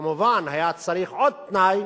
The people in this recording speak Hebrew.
כמובן, היה צריך עוד תנאי,